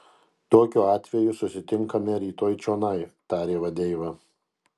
tokiu atveju susitinkame rytoj čionai tarė vadeiva